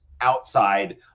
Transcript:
outside